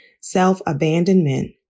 self-abandonment